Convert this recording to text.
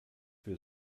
für